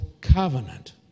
covenant